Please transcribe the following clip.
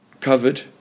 covered